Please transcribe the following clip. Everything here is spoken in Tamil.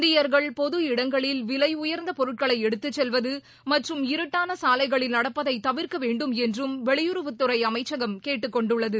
இந்தியர்கள் பொது இடங்களில் விலை உயர்ந்த பொருட்களை எடுத்துச்செல்வது மற்றும் இருட்டாள சாலைகளில் நடப்பதை தவிர்க்கவேண்டும் என்றும் வெளியுறவுத்துறை அமைச்சகம் கேட்டுக்கொண்டுள்ளது